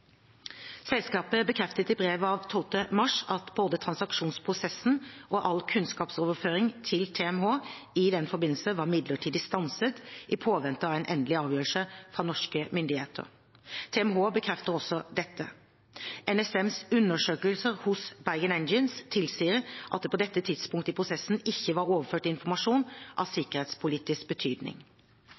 Selskapet bekreftet i brev av 12. mars at både transaksjonsprosessen og all kunnskapsoverføring til TMH i den forbindelse var midlertidig stanset i påvente av en endelig avgjørelse fra norske myndigheter. TMH bekrefter også dette. NSMs undersøkelser hos Bergen Engines tilsier at det på dette tidspunktet i prosessen ikke var overført informasjon av sikkerhetspolitisk betydning.